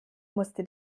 musste